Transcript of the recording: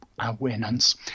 awareness